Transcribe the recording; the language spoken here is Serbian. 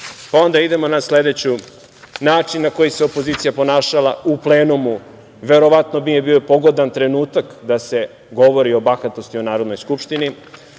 Ondaidemo na sledeću, način na koji se opozicija ponašala u plenumu, verovatno nije bio pogodan trenutak da se govori o bahatosti u Narodnoj skupštini.